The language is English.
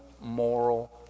moral